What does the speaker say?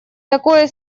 такое